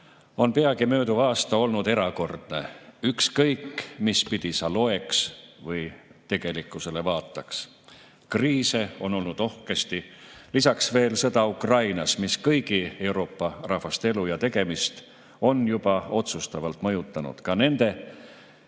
on peagi mööduv aasta olnud erakordne, ükskõik, mispidi sa loeks või tegelikkusele vaataks. Kriise on olnud rohkesti. Lisaks veel sõda Ukrainas, mis kõigi Euroopa rahvaste elu ja tegemist on juba otsustavalt mõjutanud, ka nende,